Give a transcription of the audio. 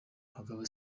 abagabo